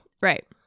Right